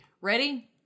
Ready